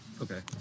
Okay